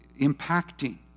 impacting